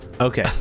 Okay